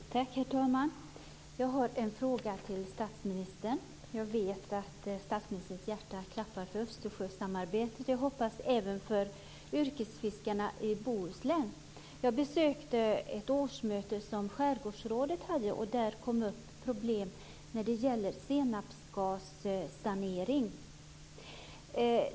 Herr talman! Jag har en fråga till statsministern. Jag vet att statsministerns hjärta klappar för Östersjösamarbetet och även, hoppas jag, för yrkesfiskarna i Bohuslän. Jag besökte ett årsmöte som Skärgårdsrådet hade. Där kom upp problem när det gäller senapsgassanering.